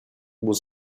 was